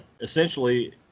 Essentially